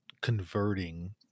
converting